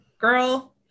girl